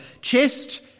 chest